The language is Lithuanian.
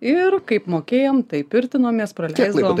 ir kaip mokėjom taip piktinomės praleisdavom